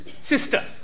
sister